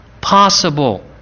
possible